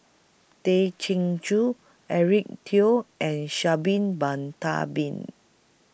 Tay Chin Joo Eric Teo and Sha Bin Bon Tabin